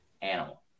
animal